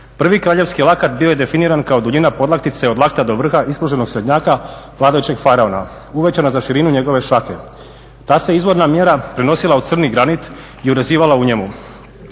Prvi kraljevski lakat bio je definiran kao duljina podlaktice od lakta do vrha ispruženog srednjaka vladajućeg faraona, uvećano za širinu njegove šake. Ta se izvorna mjera prenosila u crni granit i urezivala u njemu.